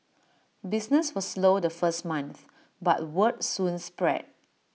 business was slow the first month but word soon spread